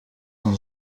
een